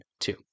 two